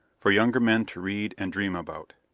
for younger men to read and dream about.